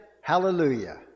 hallelujah